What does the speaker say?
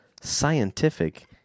scientific